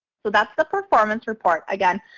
so that's the performance report. again,